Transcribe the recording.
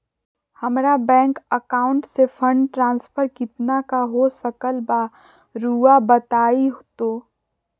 हमरा bank account से fund transfer कितना का हो सकल बा रुआ बताई तो?